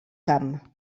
camp